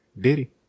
Diddy